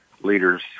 leaders